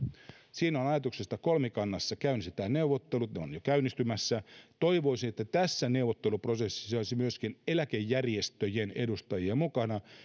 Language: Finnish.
siinä on ajatus että kolmikannassa käynnistetään neuvottelut ne ovat jo käynnistymässä toivoisin että tässä neuvotteluprosessissa olisi myöskin eläkejärjestöjen edustajia mukana